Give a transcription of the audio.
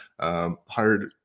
Hired